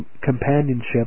companionship